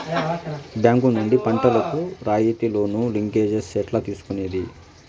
Bank నుండి పంటలు కు రాయితీ లోను, లింకేజస్ ఎట్లా తీసుకొనేది?